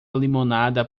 limonada